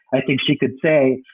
i think she could say,